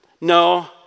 no